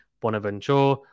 Bonaventure